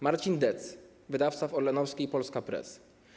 Marcin Dec, wydawca w orlenowskiej Polska Press.